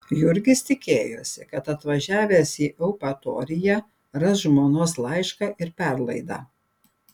jurgis tikėjosi kad atvažiavęs į eupatoriją ras žmonos laišką ir perlaidą